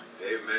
Amen